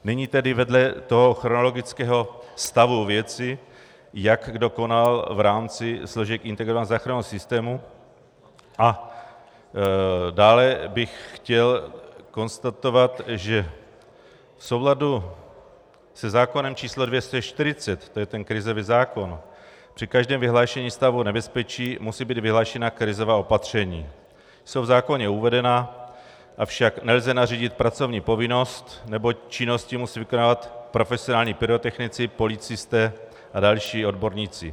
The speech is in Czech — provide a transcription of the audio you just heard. Nyní tedy vedle chronologického stavu věci, jak kdo konal v rámci složek integrovaného záchranného systému, a dále bych chtěl konstatovat, že v souladu se zákonem č. 240, to je ten krizový zákon, při každém vyhlášení stavu nebezpečí musí být vyhlášena krizová opatření, jsou v zákoně uvedena, avšak nelze nařídit pracovní povinnost, neboť činnosti musí vykonávat profesionální pyrotechnici, policisté a další odborníci.